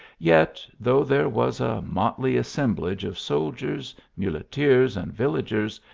yet, though there was a motley assem blage of soldiers, muleteers and villagers,